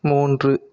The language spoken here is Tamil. மூன்று